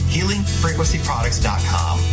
HealingFrequencyProducts.com